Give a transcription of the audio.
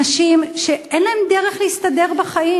נשים שאין להן דרך להסתדר בחיים.